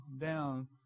down